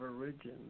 origin